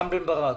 רם בן ברק.